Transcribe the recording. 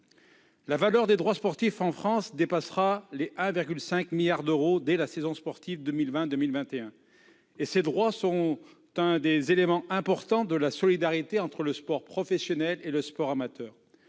La valeur des droits sportifs en France dépassera les 1,5 milliard d'euros dès la saison sportive 2020-2021, et ces droits sont un des éléments importants de la solidarité entre le sport professionnel et le sport amateur.